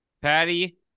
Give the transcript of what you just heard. Patty